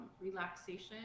relaxation